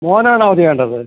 മോനാണോ അവധി വേണ്ടത്